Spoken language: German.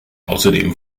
außerdem